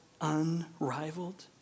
unrivaled